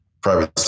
privacy